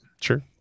sure